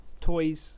toys